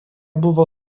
buvo